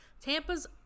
Tampa's